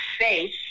face